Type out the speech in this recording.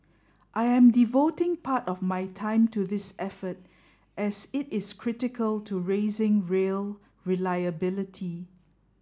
I am devoting part of my time to this effort as it is critical to raising rail reliability